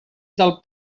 del